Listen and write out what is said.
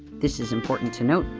this is important to note,